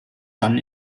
san